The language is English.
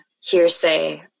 hearsay